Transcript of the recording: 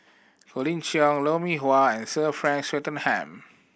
Colin Cheong Lou Mee Wah and Sir Frank Swettenham